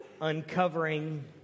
uncovering